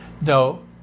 No